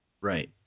Right